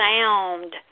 sound